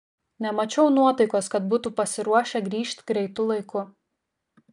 nemačiau nuotaikos kad būtų pasiruošę grįžt greitu laiku